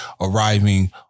arriving